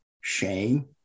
shame